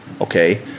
okay